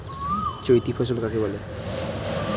চৈতি ফসল কাকে বলে?